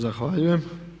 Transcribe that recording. Zahvaljujem.